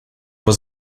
was